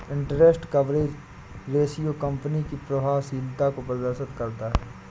interest coverage ratio company की प्रभावशीलता को प्रदर्शित करता है